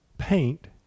Paint